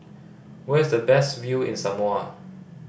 where is the best view in Samoa